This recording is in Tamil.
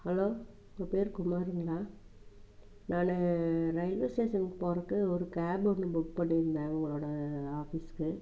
ஹலோ உங்கள் பேர் குமாருங்களா நான் ரயில்வே ஸ்டேஷன் போகிறக்கு ஒரு கேப் ஒன்று புக் பண்ணியிருந்தேன் உங்களோடய ஆஃபீஸ்க்கு